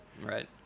Right